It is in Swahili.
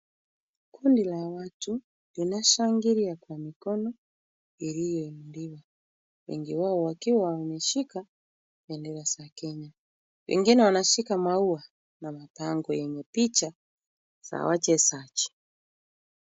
Kundi la watu linashangilia kwa mikono iliyoinuliwa, wengi wao wakiwa wameshika bendera za Kenya. Wengine wanashika maua na mabango yenye picha za wachezaji.